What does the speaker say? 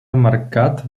emmarcat